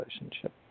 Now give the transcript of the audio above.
relationship